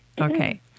okay